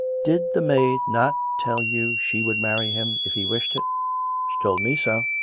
did the maid not tell you she would marry him, if he wished it she told me so.